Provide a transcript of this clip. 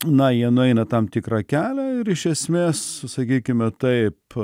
na jie nueina tam tikrą kelią ir iš esmės sakykime taip